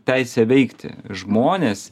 teisę veikti žmonės